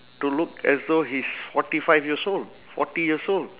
to look as though he's forty five years old forty years old